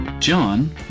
John